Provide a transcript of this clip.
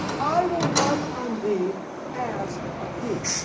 i will come on thee as a thief.